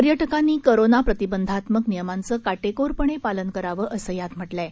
पर्यटकांनी कोरोना प्रतिबंधात्मक नियमांचं काटेकोरपणे पालन करावं असं यात म्हटलं आहे